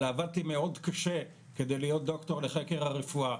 אלא עבדתי מאוד קשה כדי להיות דוקטור לחקר הרפואה.